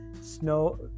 snow